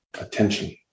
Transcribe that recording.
attention